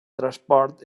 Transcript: transport